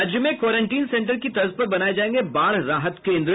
राज्य में quarantine centre की तर्ज पर बनाये जायेंगे बाढ़ राहत केन्द्र